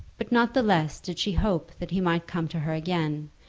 but not the less did she hope that he might come to her again,